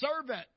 servant